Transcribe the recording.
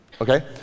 okay